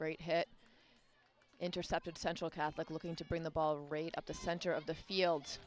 great hit intercepted central catholic looking to bring the ball rate up the center of the field